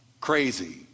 crazy